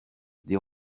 des